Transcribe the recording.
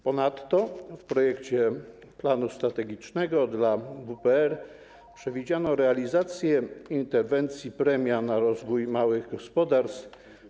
Ponadto w projekcie planu strategicznego dla WPR przewidziano realizację interwencji „Premia na rozwój małych gospodarstw”